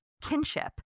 kinship